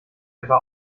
etwa